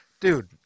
dude